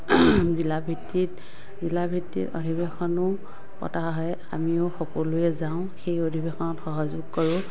জিলা ভিত্তিত জিলা ভিত্তিত অধিৱেশনো পতা হয় আমিও সকলোৱে যাওঁ সেই অধিৱেশনত সহযোগ কৰোঁ